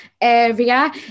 area